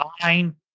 Fine